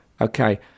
Okay